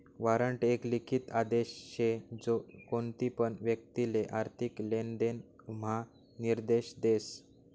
warrant एक लिखित आदेश शे जो कोणतीपण व्यक्तिले आर्थिक लेनदेण म्हा निर्देश देस